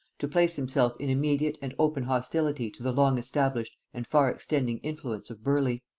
to place himself in immediate and open hostility to the long established and far extending influence of burleigh.